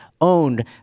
owned